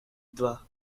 два